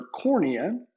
cornea